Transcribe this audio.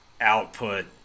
output